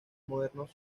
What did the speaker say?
modernos